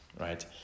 right